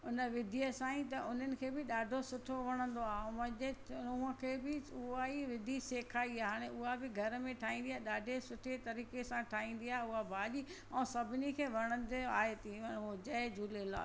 उन विधीअ सां ई त उन्हनि खे बि ॾाढो सुठो वणंदो आहे ऐं मुंहिंजे नूहुं खे बि उहा ई विधी सेखारी आहे हाणे उहा बि घर में ठाहींदी आहे ॾाढे सुठी तरीक़े सां ठाहींदी आहे उहा भाॼी ऐं सभिनी खे वणंदो आहे तींवणु ओ जय झूलेलाल